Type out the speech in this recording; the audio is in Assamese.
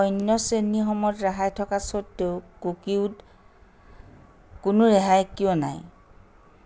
অন্য শ্ৰেণীসমূহত ৰেহাই থকা স্বত্তেও কুকিত কোনো ৰেহাই কিয় নাই